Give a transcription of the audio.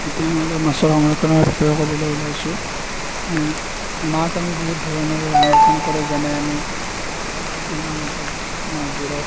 এতিয়া মই অলপ মাছৰ সংৰক্ষণৰ বিষয়ে ক'বলৈ ওলাইছোঁ মাছ আমি বহুত ধৰণৰ সংৰক্ষণ কৰোঁ যেনে আমি কি বুলি কয় মাছবোৰক